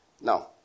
Now